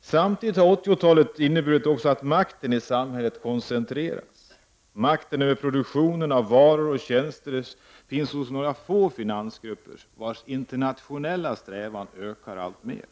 Samtidigt har 80-talet inneburit att makten i samhället har koncentrerats. Makten över produktionen av varor och tjänster finns hos några få finansgrupper, vilkas internationella strävan ökar alltmer.